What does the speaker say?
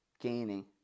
gaining